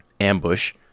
ambush